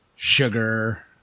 Sugar